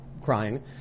crying